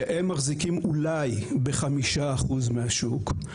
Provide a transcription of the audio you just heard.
שהם מחזיקים אולי ב-5% מהשוק.